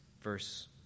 verse